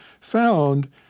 found